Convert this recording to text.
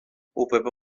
upépe